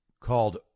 called